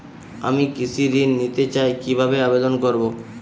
আমি কৃষি ঋণ নিতে চাই কি ভাবে আবেদন করব?